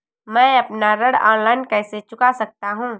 मैं अपना ऋण ऑनलाइन कैसे चुका सकता हूँ?